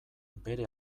bere